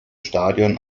stadion